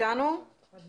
השאלה